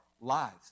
lives